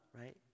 Right